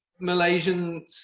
Malaysian